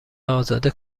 ازاده